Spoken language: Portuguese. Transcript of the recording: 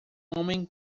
homem